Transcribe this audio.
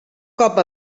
cop